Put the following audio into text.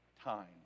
time